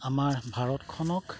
আমাৰ ভাৰতখনক